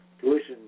Tuition